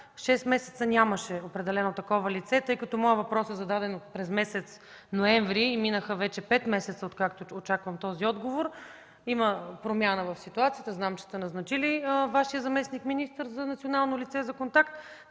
месеца нямаше определено такова лице, но тъй като моят въпрос е зададен през месец ноември, минаха вече пет месеца, откакто очаквам този отговор, има промяна в ситуацията, знам, че сте назначили Вашия заместник-министър за национално лице за контакт,